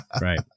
Right